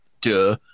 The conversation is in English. duh